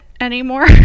anymore